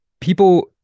people